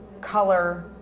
color